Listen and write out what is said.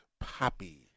Poppy